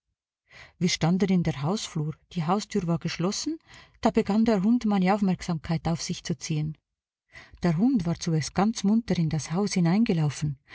wir standen in der hausflur die haustür war geschlossen da begann der hund meine aufmerksamkeit auf sich zu ziehen der hund war zuerst ganz munter in das haus